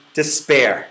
despair